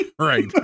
Right